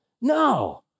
No